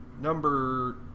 Number